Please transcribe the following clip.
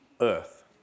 earth